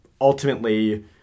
ultimately